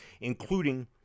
including